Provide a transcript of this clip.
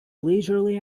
leisurely